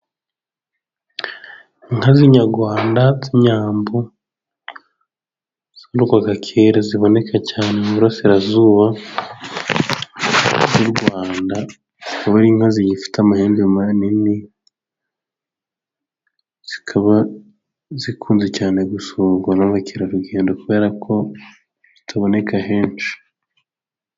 Inka z'inyarwanda z'inyambo zororwaga kera, ziboneka cyane mu burasirazuba bw'u Rwanda, kuba ari inka zigifite amahembe manini, zikaba zikunze cyane gusurwa n'abakerarugendo kubera ko bitaboneka henshi.